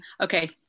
Okay